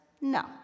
no